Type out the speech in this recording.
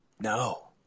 No